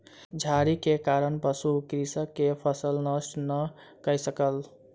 झाड़ी के कारण पशु कृषक के फसिल नष्ट नै कय सकल